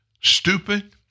stupid